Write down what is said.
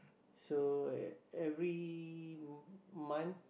so e~ every m~ month